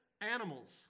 animals